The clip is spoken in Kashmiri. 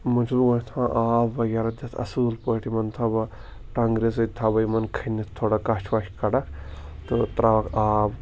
یِمَن چھُس بہٕ گۄڈنؠتھ تھاوان آب وغیرہ دِتھ اَصٕل پٲٹھۍ یِمَن تھاوٕ بہٕ ٹۄنٛگرِ سٟتۍ تھاوٕ بہٕ یِمَن کھٔنِتھ تھوڑا کَھچ وَچ کٔڈَکھ تہٕ تَرٛاوَکھ آب